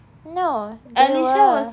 no there were